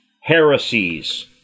heresies